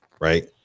right